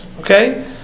Okay